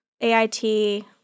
AIT